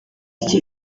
iki